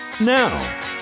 Now